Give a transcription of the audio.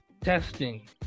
Testing